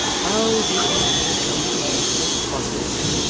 how did he ever come to be so fond of me!